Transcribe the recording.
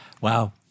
Wow